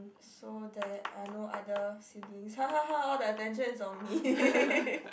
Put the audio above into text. so there are no other siblings hahaha all the attention is on me